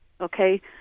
Okay